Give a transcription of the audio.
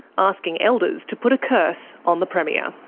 asking elders to put a curse on the premier.